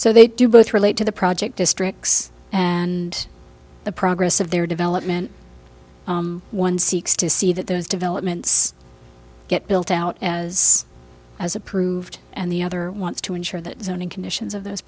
so they do both relate to the project districts and the progress of their development one seeks to see that those developments get built out as has approved and the other wants to ensure that zoning conditions of